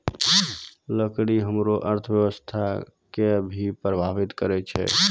लकड़ी हमरो अर्थव्यवस्था कें भी प्रभावित करै छै